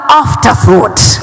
afterthought